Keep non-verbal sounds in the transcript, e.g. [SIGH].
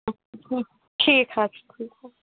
[UNINTELLIGIBLE] ٹھیٖک حظ چھُ [UNINTELLIGIBLE]